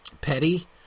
petty